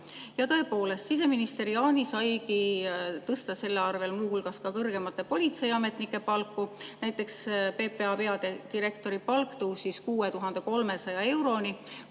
Ja tõepoolest, siseminister Jaani saigi tõsta selle arvel muu hulgas ka kõrgemate politseiametnike palka. Näiteks PPA peadirektori palk tõusis 6300 euroni,